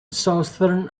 southern